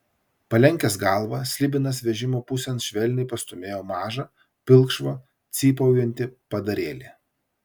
palenkęs galvą slibinas vežimo pusėn švelniai pastūmėjo mažą pilkšvą cypaujantį padarėlį